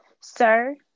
Sir